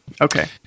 Okay